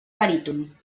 baríton